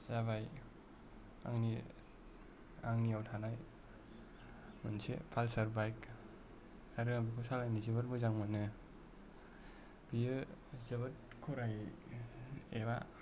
जाबाय आंनि आंनिआव थानाय मोनसे पालसार बाइक आरो बेखौ सालायनो जोबोर मोजां मोनो बेयो जोबोद खरायै एबा